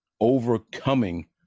overcoming